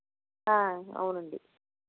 అవునండి